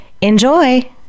enjoy